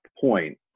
point